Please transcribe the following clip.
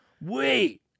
Wait